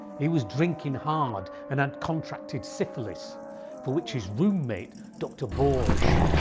he was drinking hard and had contracted syphilis for which his roommate dr. bourges,